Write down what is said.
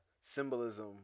symbolism